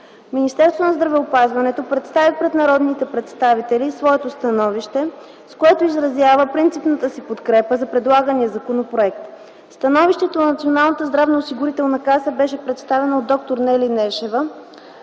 Министерството на здравеопазването представи пред народните представители своето становище, с което изразява принципната си подкрепа за предлагания законопроект. Становището на Националната здравноосигурителна каса беше представено от д-р Нели Нешева,